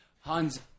Hans